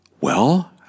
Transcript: Well